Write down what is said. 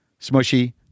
Smushy